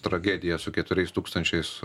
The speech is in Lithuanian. tragedija su keturiais tūkstančiais